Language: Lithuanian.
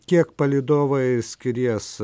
kiek palydovai skries